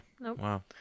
Wow